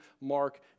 Mark